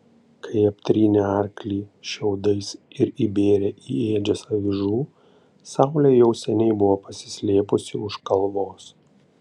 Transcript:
kai aptrynė arklį šiaudais ir įbėrė į ėdžias avižų saulė jau seniai buvo pasislėpusi už kalvos